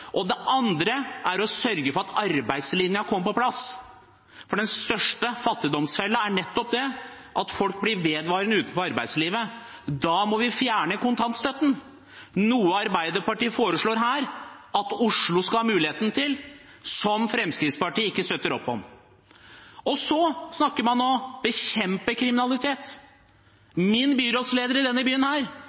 Det andre er å sørge for at arbeidslinjen komme på plass, for den største fattigdomsfellen er nettopp at folk blir vedvarende utenfor arbeidslivet. Da må vi fjerne kontantstøtten, noe Arbeiderpartiet her foreslår at Oslo skal ha muligheten til, og som Fremskrittspartiet ikke støtter opp om. Så snakker man om å bekjempe kriminalitet. Min byrådsleder i denne byen